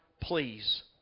please